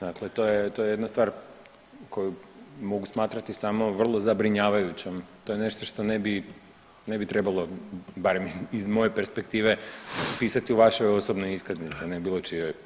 Dakle, to je jedna stvar koju mogu smatrati samo vrlo zabrinjavajućom, to je nešto što ne bi trebalo barem iz moje perspektive pisati u vašoj osobnoj iskaznici, ne bilo čijoj.